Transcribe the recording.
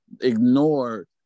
ignore